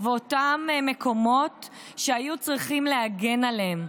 ואותם מקומות שהיו צריכים להגן עליהם,